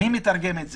מי מתרגם את זה?